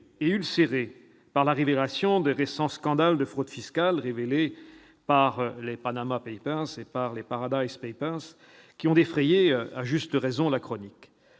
et ulcérées par la révélation des récents scandales de fraude fiscale révélés par les « Panama papers » et les « Paradise papers », qui ont défrayé, à juste raison, la chronique.